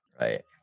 Right